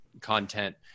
content